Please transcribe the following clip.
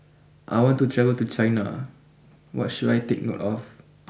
I want to travel to China what should I take note of